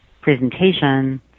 presentation